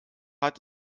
hat